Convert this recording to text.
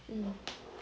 mm